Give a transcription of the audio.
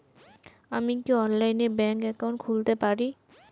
আমি কি অনলাইনে ব্যাংক একাউন্ট খুলতে পারি?